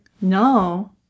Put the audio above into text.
No